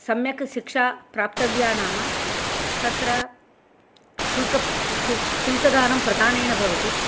सम्यक् शिक्षा प्राप्तव्या नाम तत्र शुल्कदानं प्रधानेन भवति